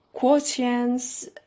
quotients